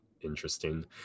interesting